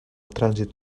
trànsit